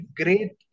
great